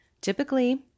Typically